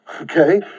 Okay